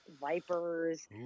Vipers